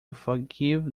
forgive